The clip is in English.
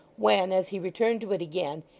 when as he returned to it again,